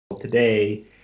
today